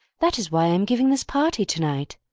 that is why i am giving this party to-night.